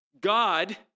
God